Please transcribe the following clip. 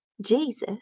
Jesus